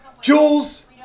Jules